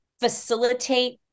facilitate